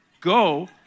go